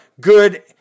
good